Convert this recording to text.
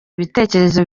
ibitekerezo